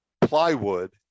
plywood